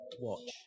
watch